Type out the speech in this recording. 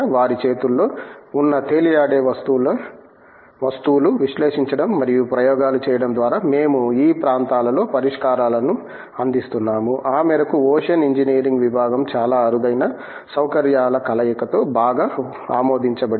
వారి చేతుల్లో ఉన్న తేలియాడే వస్తువులు విశ్లేషించడం మరియు ప్రయోగాలు చేయడం ద్వారా మేము ఈ ప్రాంతాలలో పరిష్కారాలను అందిస్తున్నాము ఆ మేరకు ఓషన్ ఇంజనీరింగ్ విభాగం చాలా అరుదైన సౌకర్యాల కలయికతో బాగా ఆమోదించబడింది